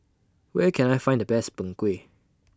Where Can I Find The Best Png Kueh